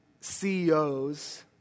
CEOs